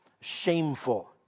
shameful